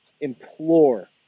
implore